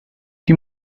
die